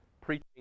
preaching